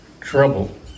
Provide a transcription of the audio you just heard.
trouble